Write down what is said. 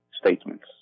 statements